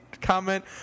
comment